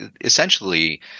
essentially